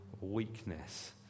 weakness